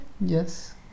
Yes